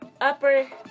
upper